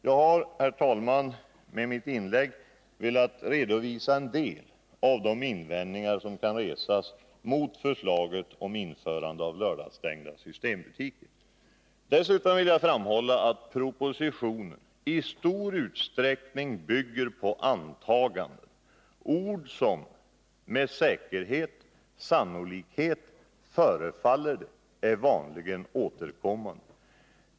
Jag har, herr talman, med mitt inlägg velat redovisa en del av de invändningar som kan resas mot förslaget om införande av lördagsstängda systembutiker. Dessutom vill jag framhålla att propositionen i stor utsträckning bygger på antaganden. Uttryck som ”med säkerhet”, ”med sannolikhet” och ”förefaller” är vanligen återkommande.